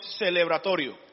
celebratorio